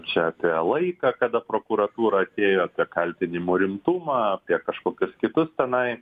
čia apie laiką kada prokuratūra atėjo apie kaltinimų rimtumą apie kažkokius kitus tenai